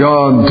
God